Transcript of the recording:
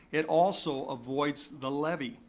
it also avoids the levy,